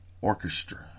orchestra